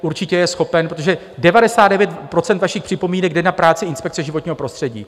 Určitě je schopen, protože 99 % vašich připomínek jde na práci inspekce životního prostředí.